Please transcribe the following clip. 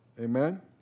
Amen